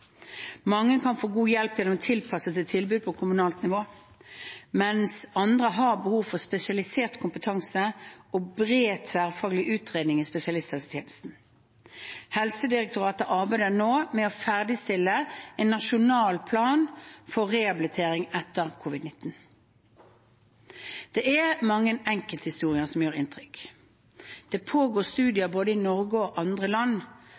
Mange kan få god hjelp gjennom tilpassede tilbud på kommunalt nivå, mens andre har behov for spesialisert kompetanse og bred tverrfaglig utredning i spesialisthelsetjenesten. Helsedirektoratet arbeider nå med å ferdigstille en nasjonal plan for rehabilitering etter covid-19. Det er mange enkelthistorier som gjør inntrykk. Det pågår studier både i Norge og i andre land